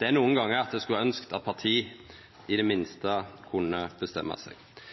Det er nokre gonger eg skulle ønskja at partiet i det minste kunne bestemma seg.